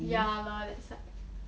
ya lor that's why